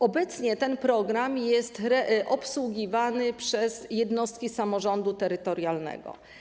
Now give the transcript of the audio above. Obecnie ten program jest obsługiwany przez jednostki samorządu terytorialnego.